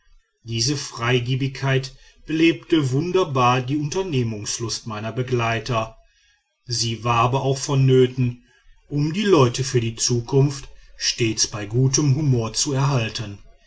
diese freigebigkeit belebte wunderbar die unternehmungslust meiner begleiter sie war aber auch vonnöten um die leute für die zukunft stets bei gutem humor zu erhalten